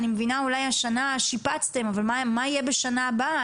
אני מבינה שאולי השנה שיפצתם אבל מה יהיה בשנה הבאה?